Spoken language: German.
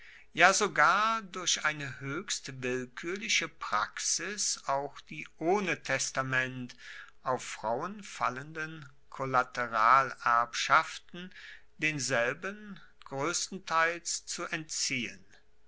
ja sogar durch eine hoechst willkuerliche praxis auch die ohne testament auf frauen fallenden kollateralerbschaften denselben groesstenteils zu entziehen